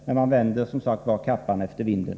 Men man vänder kappan efter vinden.